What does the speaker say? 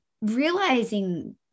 realizing